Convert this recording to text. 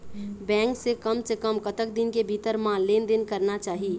Bank ले कम से कम कतक दिन के भीतर मा लेन देन करना चाही?